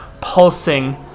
pulsing